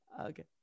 Okay